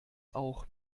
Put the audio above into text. auch